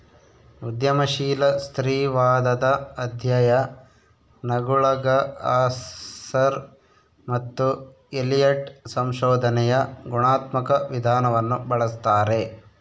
ಉದ್ಯಮಶೀಲ ಸ್ತ್ರೀವಾದದ ಅಧ್ಯಯನಗುಳಗಆರ್ಸರ್ ಮತ್ತು ಎಲಿಯಟ್ ಸಂಶೋಧನೆಯ ಗುಣಾತ್ಮಕ ವಿಧಾನವನ್ನು ಬಳಸ್ತಾರೆ